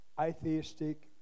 atheistic